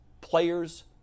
players –